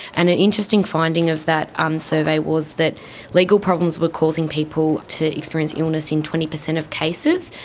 and an interesting finding of that um survey was that legal problems were causing people to experience illness in twenty percent of cases.